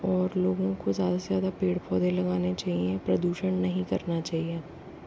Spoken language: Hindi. और लोगों को ज़्यादा से ज़्यादा पेड़ पौधे लगाने चाहिए प्रदूषण नहीं करना चाहिए